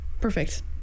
perfect